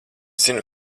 zinu